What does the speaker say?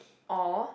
or